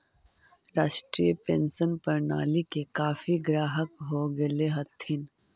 राष्ट्रीय पेंशन प्रणाली के काफी ग्राहक हो गेले हथिन